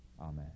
amen